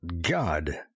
God